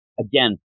Again